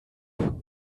move